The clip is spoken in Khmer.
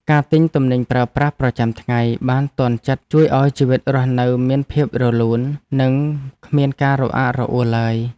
ការទិញទំនិញប្រើប្រាស់ប្រចាំថ្ងៃបានទាន់ចិត្តជួយឱ្យជីវិតរស់នៅមានភាពរលូននិងគ្មានការរអាក់រអួលឡើយ។